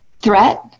threat